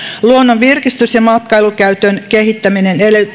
luonnon virkistys ja matkailukäytön kehittäminen